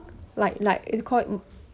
like like it's called